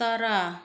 ꯇꯔꯥ